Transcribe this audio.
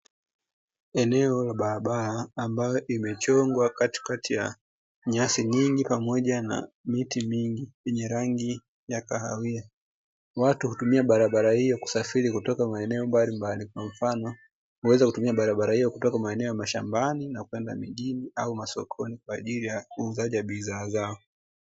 Eneo la barabara ambayo imechongwa katikati ya nyasi nyingi pamoja na miti mingi kwenye rangi ya kahawia watu hutumia barabara hiyo kusafiri kutoka maeneo mbalimbali kwa mfano kuweza kutumia barabara hiyo kutoka maeneo ya mashambani na kwenda mjini au masokoni kwa ajili ya muuzaji wa bidhaa zao.